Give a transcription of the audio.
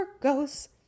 goes